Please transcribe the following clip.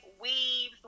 weaves